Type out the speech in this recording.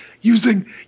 using